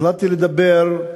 החלטתי לדבר,